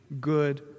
good